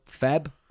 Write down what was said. Feb